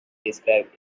describes